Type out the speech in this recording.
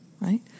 right